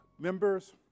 Members